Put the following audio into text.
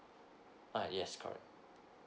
uh yes correct